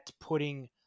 putting